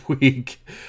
week